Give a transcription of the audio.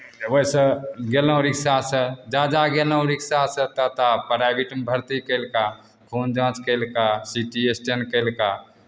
वइसे गेलहुँ रिक्शासँ जा जा गेलहुँ रिक्शासँ ता ता प्राइभेटमे भरती केलका खून जाँच केलका सी टी स्टैन केलका